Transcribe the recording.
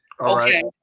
okay